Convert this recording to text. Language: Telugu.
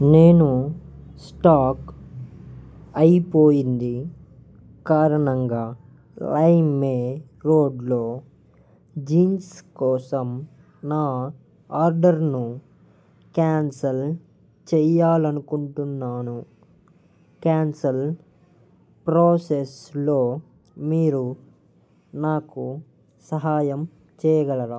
నేను స్టాక్ అయిపోయింది కారణంగా లైమ్ రోడ్లో జీన్స్ కోసం నా ఆర్డర్ను క్యాన్సిల్ చెయ్యాలి అనుకుంటున్నాను క్యాన్సిల్ ప్రోసెస్లో మీరు నాకు సహాయం చేయగలరా